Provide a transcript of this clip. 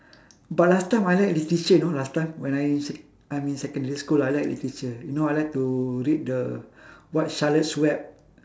but last time I like literature you know last time when I in sec I'm in secondary school I like literature you know I like to read the what charlotte's web